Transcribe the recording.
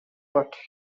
but